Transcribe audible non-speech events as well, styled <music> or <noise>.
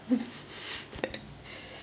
<laughs>